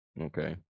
okay